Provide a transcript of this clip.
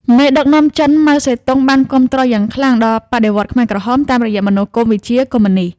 មេដឹកនាំចិន ម៉ៅ សេទុង បានគាំទ្រយ៉ាងខ្លាំងដល់បដិវត្តន៍ខ្មែរក្រហមតាមរយៈមនោគមវិជ្ជាកុម្មុយនីស្ត។